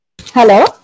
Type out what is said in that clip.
Hello